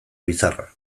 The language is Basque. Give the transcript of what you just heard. bizarra